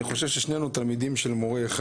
אני חושב ששנינו תלמידים של מורה אחד.